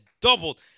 doubled